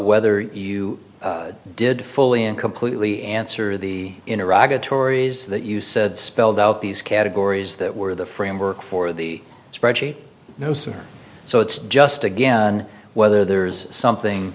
whether you did fully and completely answer the in iraq the tories that you said spelled out these categories that were the framework for the spreadsheet those are so it's just again whether there's something